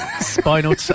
Spinal